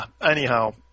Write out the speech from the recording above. Anyhow